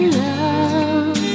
love